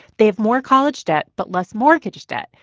they have more college debt but less mortgage debt.